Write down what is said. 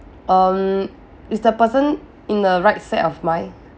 um is the person in the right set of mind